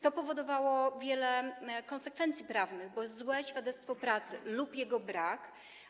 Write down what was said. To powodowało wiele konsekwencji prawnych, bo złe świadectwo pracy lub jego brak.